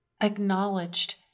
acknowledged